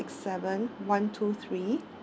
seven one two three